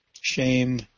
shame